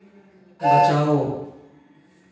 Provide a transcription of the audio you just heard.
बचाओ